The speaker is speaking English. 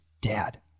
dad